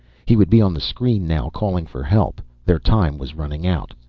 he would be on the screen now, calling for help. their time was running out.